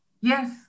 Yes